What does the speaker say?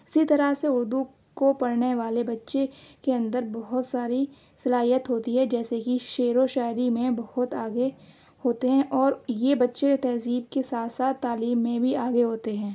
اِسی طرح سے اُردو کو پڑھنے والے بچے کے اندر بہت ساری صلاحیت ہوتی ہے جیسے کہ شعر و شاعری میں بہت آگے ہوتے ہیں اور یہ بچے تہذیب کے ساتھ ساتھ تعلیم میں بھی آگے ہوتے ہیں